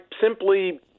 simply